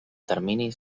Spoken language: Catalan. termini